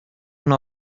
una